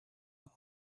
and